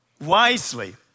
wisely